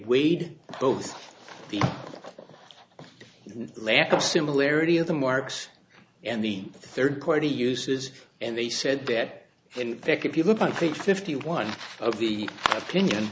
weighed both the lack of similarity of the marks and the third quarter uses and they said that in fact if you look on page fifty one of the opinion